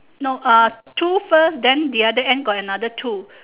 no uh two first then the other end got another two